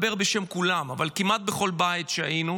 כולם, אבל כמעט בכל בית שהיינו